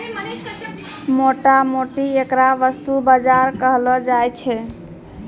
मोटा मोटी ऐकरा वस्तु बाजार कहलो जाय छै